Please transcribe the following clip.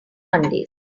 mondays